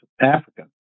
Africa